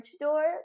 door